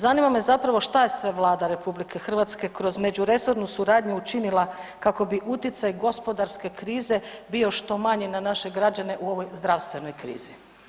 Zanima me zapravo šta je sve Vlada RH kroz međuresornu suradnju učinila kako bi utjecaj gospodarske krize bio što manji na naše građane u ovoj zdravstvenoj krizi?